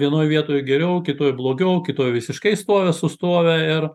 vienoj vietoj geriau kitoj blogiau kitoj visiškai stovi sustoję ir